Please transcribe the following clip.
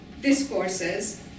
discourses